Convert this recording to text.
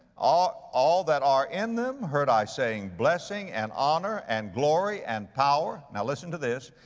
ah all that are in them, heard i saying, blessing, and honor, and glory, and power now listen to this,